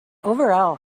overall